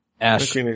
Ash